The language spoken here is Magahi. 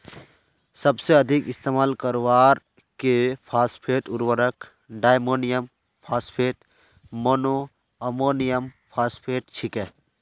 सबसे अधिक इस्तेमाल करवार के फॉस्फेट उर्वरक डायमोनियम फॉस्फेट, मोनोअमोनियमफॉस्फेट छेक